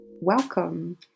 welcome